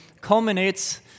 culminates